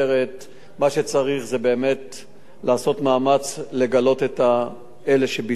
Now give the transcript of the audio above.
מה שצריך זה באמת לעשות מאמץ לגלות את אלה שביצעו את המעשה,